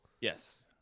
Yes